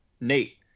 Nate